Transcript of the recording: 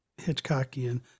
Hitchcockian